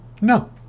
No